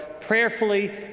prayerfully